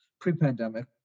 pre-pandemic